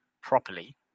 properly